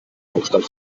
hauptstadt